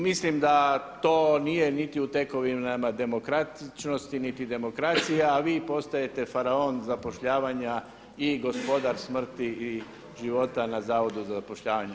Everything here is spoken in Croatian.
Mislim da to nije niti u tekovinama demokratičnosti, niti demokracija, a vi postajete faraon zapošljavanja i gospodar smrti i života na Zavodu za zapošljavanje.